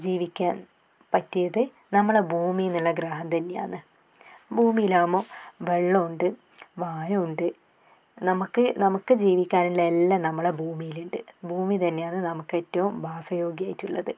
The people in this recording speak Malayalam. ജീവിക്കാൻ പറ്റിയത് നമ്മളുടെ ഭൂമിന്നുള്ള ഗ്രഹം തന്നെയാണ് ഭൂമിലാവുമ്പോൾ വെള്ളമുണ്ട് വായുണ്ട് നമുക്ക് നമുക്ക് ജീവിക്കാനുള്ള എല്ലാം നമ്മുടെ ഭൂമിയിലുണ്ട് ഭൂമി തന്നെയാണ് നമുക്ക് ഏറ്റവും വാസ യോഗ്യമായിട്ടുള്ളത്